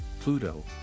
Pluto